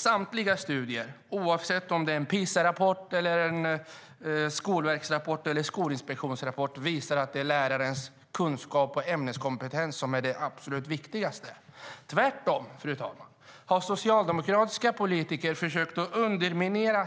Samtliga studier, oavsett om det är en PISA-rapport, Skolverkets eller Skolinspektionens rapport, visar att det är lärarens kunskaper och ämneskompetens som är det absolut viktigaste. Socialdemokratiska politiker har, fru talman, försökt underminera